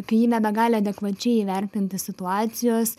kai ji nebegali adekvačiai įvertinti situacijos